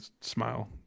smile